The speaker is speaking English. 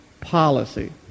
policy